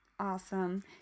Awesome